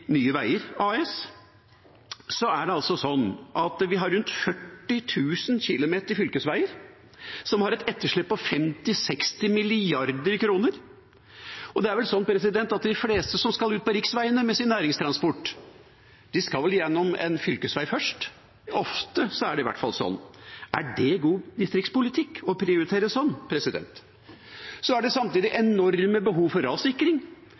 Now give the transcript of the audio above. Nye Veier AS: Vi har rundt 40 000 km med fylkesvei som har et vedlikeholdsetterslep på 50–60 mrd. kr. De fleste som skal ut på riksveiene med sin næringstransport, skal vel gjennom en fylkesvei først? Det er i hvert fall ofte sånn. Er det god distriktspolitikk å prioritere sånn? Det er samtidig enorme behov for rassikring.